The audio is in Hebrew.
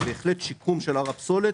זה בהחלט שיקום של הר הפסולת,